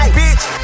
bitch